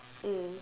mm